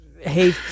hey